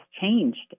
changed